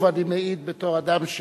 שזלזלו, ואני מעיד בתור אדם,